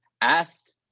asked